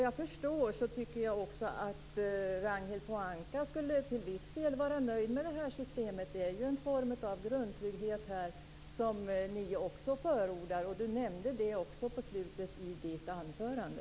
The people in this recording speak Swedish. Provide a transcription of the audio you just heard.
Jag tycker att också Ragnhild Pohanka till viss del skulle vara nöjd med det här systemet. Det är ju en form av grundtrygghet här som ni också förordar. Ragnhild Pohanka nämnde det också i slutet av sitt anförande.